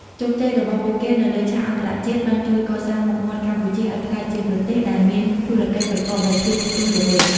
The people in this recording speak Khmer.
ជោគជ័យរបស់ពួកគេនៅលើឆាកអន្តរជាតិ បានជួយកសាងមុខមាត់កម្ពុជាឱ្យក្លាយជាប្រទេសដែលមានធុរកិច្ចប្រកបដោយភាពរស់រវើក។